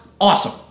awesome